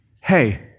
Hey